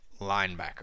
linebacker